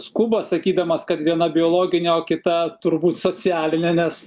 skuba sakydamas kad viena biologinė o kita turbūt socialinė nes